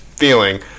feeling